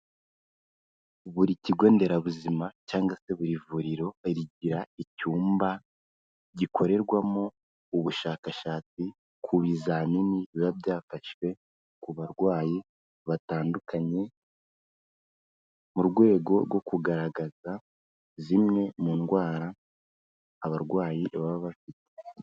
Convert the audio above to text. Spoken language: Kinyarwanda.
Buri kigo nderabuzima cyangwa se buri vuriro bagira icyumba gikorerwamo ubushakashatsi ku bizamini biba byafashwe ku barwayi batandukanye mu rwego rwo kugaragaza zimwe mu ndwara abarwayi baba bafite.